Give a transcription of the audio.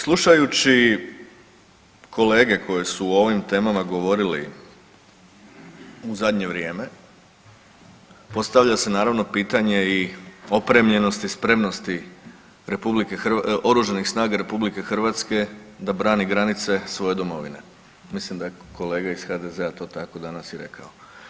Slušajući kolege koji su o ovim temama govorili u zadnje vrijeme postavlja se naravno pitanje i opremljenosti i spremnosti Oružanih snaga RH da brani granice svoje domovine, mislim da je kolega ih HDZ-a to tako danas i rekao.